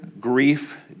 grief